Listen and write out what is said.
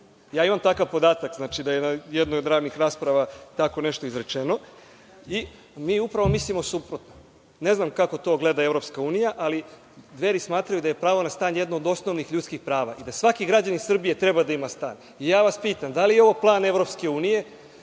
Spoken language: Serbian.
Ja imam takav podatak da je u jednoj od ranijih rasprava tako nešto izrečeno. Mi upravo mislimo suprotno. Ne znam kako to gleda Evropska unija, ali Dveri smatraju da je pravo na stan jedno od osnovnih ljudskih prava i da svaki građanin Srbije treba da ima stan. Pitam vas, da li je ovo plan